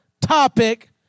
topic